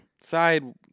Side